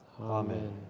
Amen